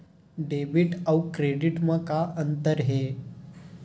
Debit अउ credit म का अंतर हे?